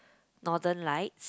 northern lights